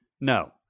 No